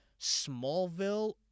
Smallville